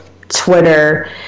twitter